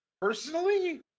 personally